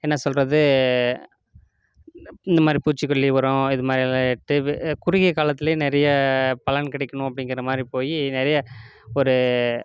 என்ன சொல்கிறது இந்தமாதிரி பூச்சிக்கொல்லி உரம் இதுமாதிரியலாம் எடுத்து குறுகிய காலத்திலே நிறைய பலன் கிடைக்கணும் அப்படிங்கிற மாரி போய் நிறைய ஒரு